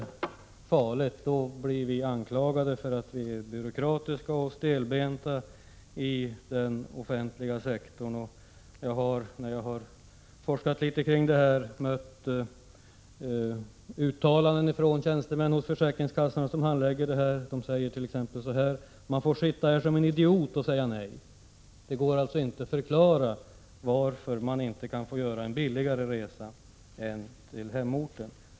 Då blir de som arbetar inom den offentliga sektorn anklagade för att vara byråkratiska och stelbenta. När jag har forskat i det här har jag hört många negativa uttalanden från tjänstemän i försäkringskassorna, som handlägger dessa ärenden. De säger: Man får sitta här som en idiot och säga nej. Det går inte att förklara varför en person inte kan få göra en resa som är billigare än den till hemorten.